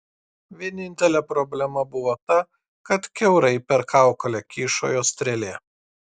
vienintelė problema buvo ta kad kiaurai per kaukolę kyšojo strėlė